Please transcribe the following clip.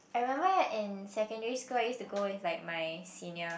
I remember in secondary school I used to go with like my senior